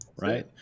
Right